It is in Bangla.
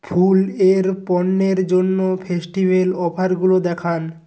ফুল এর পণ্যের জন্য ফেস্টিভ্যাল অফারগুলো দেখান